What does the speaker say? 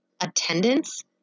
attendance